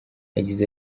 yagize